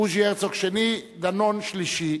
בוז'י הרצוג שני, דנון שלישי.